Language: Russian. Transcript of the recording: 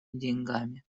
деньгами